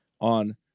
on